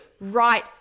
right